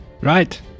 Right